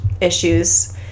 issues